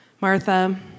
martha